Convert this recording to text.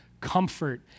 comfort